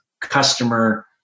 customer